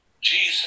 Jesus